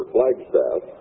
Flagstaff